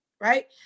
right